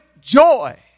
joy